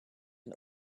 and